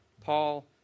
Paul